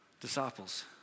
disciples